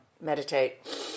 meditate